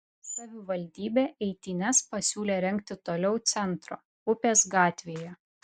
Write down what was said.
savivaldybė eitynes pasiūlė rengti toliau centro upės gatvėje